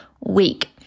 week